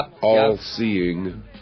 All-seeing